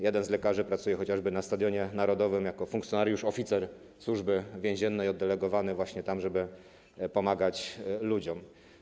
Jeden z lekarzy pracuje chociażby na Stadionie Narodowym jako funkcjonariusz oficer Służby Więziennej oddelegowany tam, żeby pomagać ludziom.